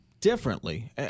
differently